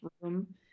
room